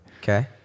Okay